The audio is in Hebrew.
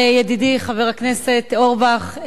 ידידי חבר הכנסת אורבך,